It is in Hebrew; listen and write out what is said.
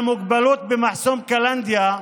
בעל מוגבלות במחסום קלנדיה,